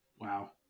Wow